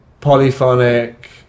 polyphonic